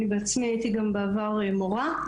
אני בעצמי הייתי גם בעבר מורה,